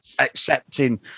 accepting